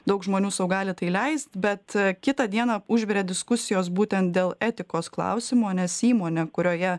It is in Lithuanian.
daug žmonių sau gali tai leist bet kitą dieną užvirė diskusijos būtent dėl etikos klausimo nes įmonė kurioje